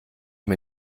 mir